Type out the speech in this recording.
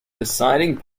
deciding